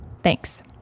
Thanks